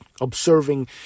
Observing